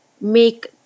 make